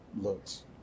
looks